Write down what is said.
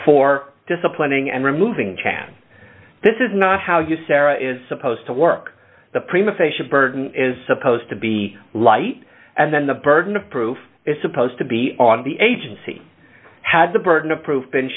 for disciplining and removing chance this is not how you sarah is supposed to work the prima facia burden is supposed to be light and then the burden of proof is supposed to be on the agency had the burden of proof